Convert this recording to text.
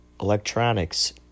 electronics